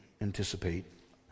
anticipate